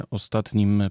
ostatnim